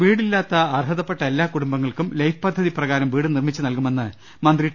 വീടില്ലാത്ത അർഹതപ്പെട്ട എല്ലാ കുടുംബങ്ങൾക്കും ലൈഫ് പദ്ധതി പ്രകാരം വീട് നിർമിച്ചു നൽകുമെന്ന് മന്ത്രി ടി